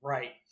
Right